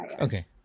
Okay